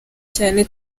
cyane